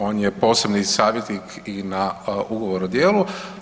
On je posebni savjetnik i na ugovoru o djelu.